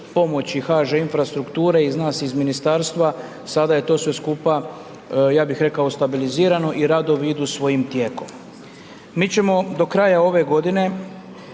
pomoć i HŽ Infrastrukture i nas iz ministarstva sada je to sve skupa, ja bih rekao stabilizirano i radovi idu svojim tijekom. Mi ćemo do kraja ove godine